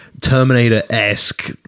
Terminator-esque